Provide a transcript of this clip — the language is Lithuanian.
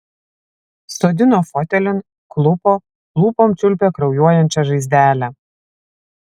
sodino fotelin klupo lūpom čiulpė kraujuojančią žaizdelę